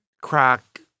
crack